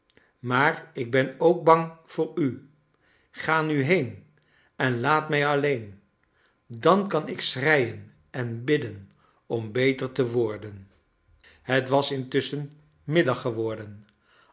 maar ik ben ook bang voor u ga nu heen en laat mij alleen dan kan ik schreien en bidden om beter te worden i het was intusschen middag geworden